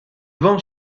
vend